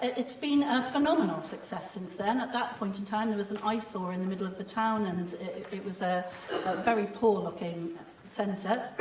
it's been a phenomenal success since then. at that point in time there was an eyesore in the middle of the town, and it was a very poor-looking centre.